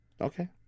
Okay